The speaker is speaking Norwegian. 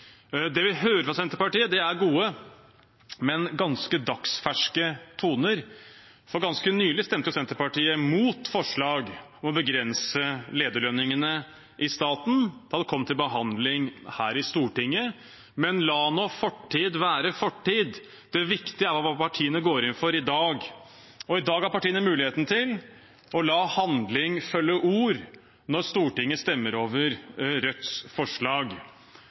Det vi hører fra Senterpartiet, er gode, men ganske dagsferske toner, for ganske nylig stemte Senterpartiet mot forslag om å begrense lederlønningene i staten, da det kom til behandling i Stortinget. Men la nå fortid være fortid. Det viktige er hva partiene går inn for i dag, og i dag har partiene muligheten til å la handling følge ord når Stortinget stemmer over Rødts forslag.